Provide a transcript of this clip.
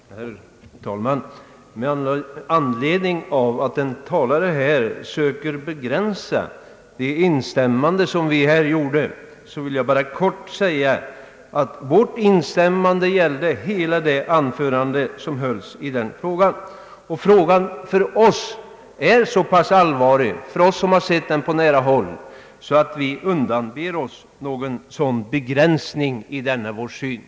Herr talman! Med anledning av att en talare sökt begränsa de instämmanden som vi här gjorde, vill jag bara kort säga att vårt instämmande gällde hela det anförande som hölls i denna fråga. För oss som har sett frågan på nära håll är den så pass allvarlig, att vi undanber oss varje begränsning av vår uppfattning.